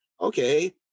Okay